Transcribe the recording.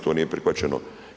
To nije prihvaćeno.